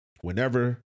Whenever